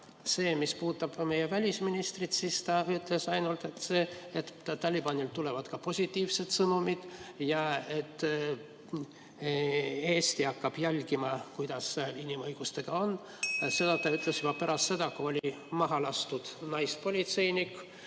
Aga mis puudutab meie välisministrit, siis ta ütles ainult seda, et Talibanilt tulevad ka positiivsed sõnumid ja et Eesti hakkab jälgima, kuidas inimõigustega on. Seda ta ütles juba pärast seda, kui oli maha lastud naispolitseinik,